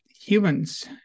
humans